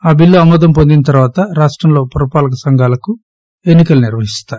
ఆ బిల్లు ఆమోదం పొందిన తర్వాత రాష్టంలో పురపాలక సంఘాలకు ఎన్ని కలు నిర్వహిస్తారు